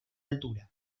altura